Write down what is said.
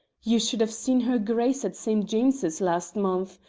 you should have seen her grace at st. james's last month.